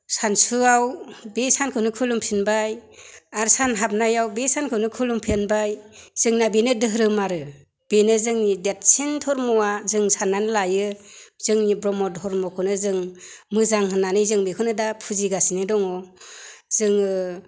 सानसुआव बे सानखौनो खुलुमफिनबाय आरो सान हाबनायाव बे सानखौनो खुलुमफिनबाय जोंना बेनो धोरोम आरो बेनो जोंनि देरसिन धर्मआ जों साननानै लायो जोंनि ब्रह्म धर्मखौनो जों मोजां होननानै जों बेखौनो दा फुजिगासिनो दङ जोङो